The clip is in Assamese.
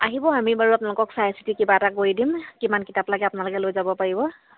আহিব আমি বাৰু আপোনালোকক চাই চিটি কিবা এটা কৰি দিম কিমান কিতাপ লাগে আপোনালোকে লৈ যাব পাৰিব